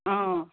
অঁ